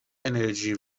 انرژی